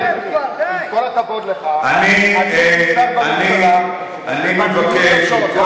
סלח לי, עם כל הכבוד לך, אני הייתי שר בממשלה.